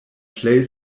plej